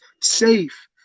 safe